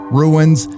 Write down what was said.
ruins